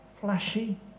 flashy